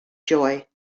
joy